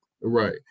Right